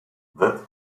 that